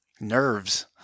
nerves